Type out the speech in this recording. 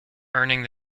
earning